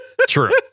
True